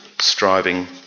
striving